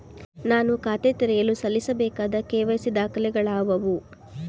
ನಾನು ಖಾತೆ ತೆರೆಯಲು ಸಲ್ಲಿಸಬೇಕಾದ ಕೆ.ವೈ.ಸಿ ದಾಖಲೆಗಳಾವವು?